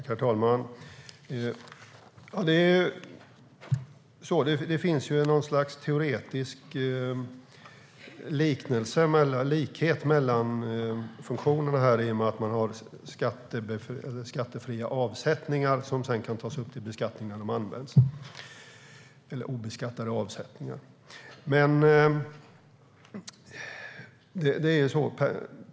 Herr talman! Det finns något slags teoretisk likhet mellan funktionerna i och med att det finns obeskattade avsättningar som sedan kan tas upp till beskattning när de används.